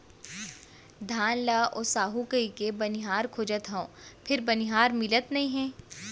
धान ल ओसाहू कहिके बनिहार खोजत हँव फेर बनिहार मिलत नइ हे